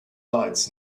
lights